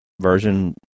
version